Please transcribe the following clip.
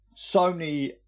Sony